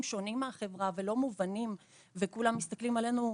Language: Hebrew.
שונים מהחברה ולא מובנים וכולם מסתכלים עלינו,